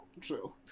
True